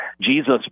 Jesus